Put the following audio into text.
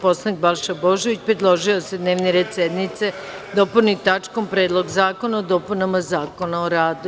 Poslanik Balša Božović predložio je da se dnevni red sednice dopuni tačkom – Predlog zakona o dopunama zakona o radu.